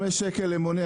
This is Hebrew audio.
זה 65 שקל למונה,